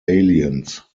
aliens